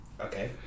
okay